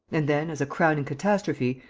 and then, as a crowning catastrophe,